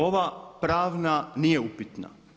Ova pravna nije upitna.